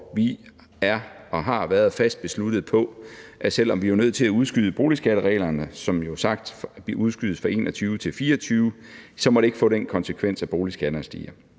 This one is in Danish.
vi er og har været fast besluttet på, at selv om vi var nødt til at udskyde boligskattereglerne, som jo som sagt udskydes fra 2021 til 2024, må det ikke få den konsekvens, at boligskatterne stiger.